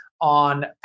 on